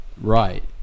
Right